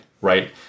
right